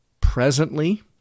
presently